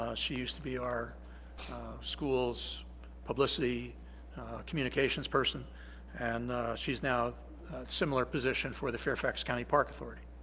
ah she used to be our schools publicity communications person and she's now a similar position for the fairfax county park authority.